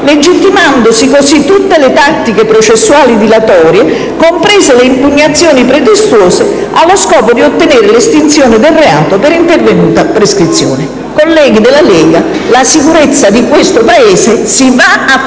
legittimando tutte le tattiche processuali dilatorie, comprese le impugnazioni pretestuose allo scopo di ottenere l'estinzione del reato per intervenuta prescrizione. Colleghi della Lega, la sicurezza di questo Paese va a